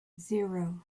zero